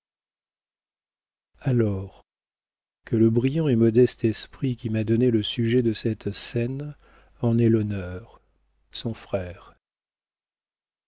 laure que le brillant et modeste esprit qui m'a donné le sujet de cette scène en ait l'honneur son frère